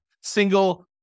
single